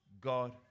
God